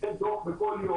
דוח בכל יום,